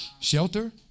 shelter